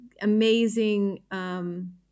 amazing